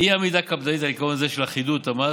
אי-עמידה קפדנית על עיקרון זה של אחידות המס,